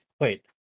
Wait